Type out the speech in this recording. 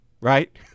right